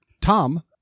Tom